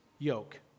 yoke